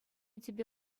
тӗпе